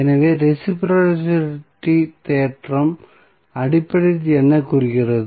எனவே ரெஸிபிரோஸிட்டி தேற்றம் அடிப்படையில் என்ன கூறுகிறது